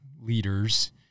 leaders